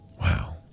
Wow